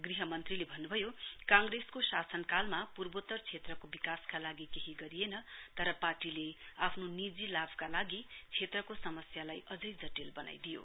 गृह मन्त्रीले अन्न्भयो काँग्रेसको शासनकालमा पूर्वोतर क्षेत्रको विकासका लागि केही गरिएन तर पार्टीले आफ्नो निजी लाभका लागि क्षेत्रको समस्यालाई अझै जटिल बनाइदियो